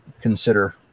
consider